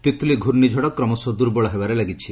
ତିତ୍ଲି ଘ୍ରର୍ଷିଝଡ କ୍ରମଶଃ ଦୁର୍ବଳ ହେବାରେ ଲାଗିଛି